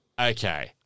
okay